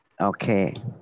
Okay